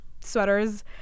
sweaters